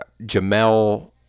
Jamel